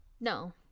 No